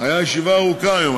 הייתה ישיבה ארוכה היום.